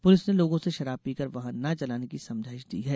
police ने लोगों से शराब पीकर वाहन न चलाने की समझाईश दी है